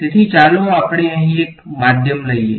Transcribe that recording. તેથી ચાલો આપણે અહીં એક માધ્યમ લઈએ